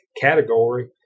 category